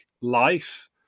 life